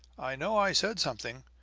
i know i said something,